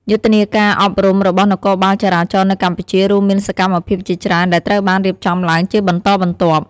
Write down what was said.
យុទ្ធនាការអប់រំរបស់នគរបាលចរាចរណ៍នៅកម្ពុជា រួមមានសកម្មភាពជាច្រើនដែលត្រូវបានរៀបចំឡើងជាបន្តបន្ទាប់។